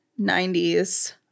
90s